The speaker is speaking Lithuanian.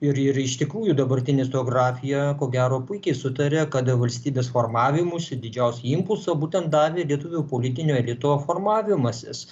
ir ir iš tikrųjų dabartinė istoriografija ko gero puikiai sutaria kad valstybės formavimuisi didžiausią impulsą būtent davė lietuvių politinio elito formavimasis